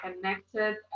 connected